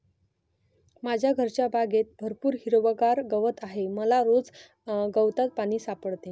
माझ्या घरच्या बागेत भरपूर हिरवागार गवत आहे मला रोज गवतात पाणी सापडते